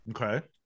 Okay